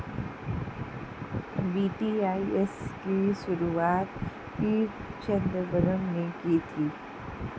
VDIS की शुरुआत P Chidambaram ने की थी